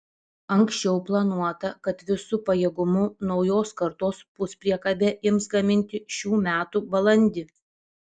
anksčiau planuota kad visu pajėgumu naujos kartos puspriekabę ims gaminti šių metų balandį